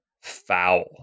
foul